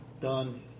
Done